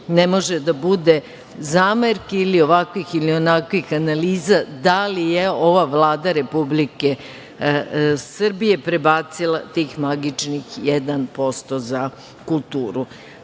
ne može da bude zamerke ili ovakvih ili onakvih analiza, da li je ova Vlada Republike Srbije prebacila tih magičnih 1% za kulturu? Imamo